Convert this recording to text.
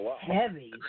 heavy